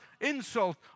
insult